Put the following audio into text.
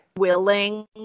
willing